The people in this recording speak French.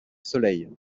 soleil